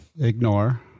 ignore